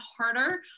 harder